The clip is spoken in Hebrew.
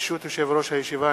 ברשות יושב-ראש הישיבה,